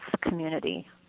community